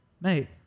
mate